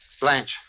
Blanche